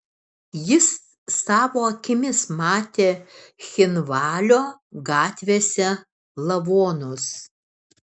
jis savo akimis matė cchinvalio gatvėse lavonus